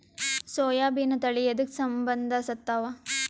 ಸೋಯಾಬಿನ ತಳಿ ಎದಕ ಸಂಭಂದಸತ್ತಾವ?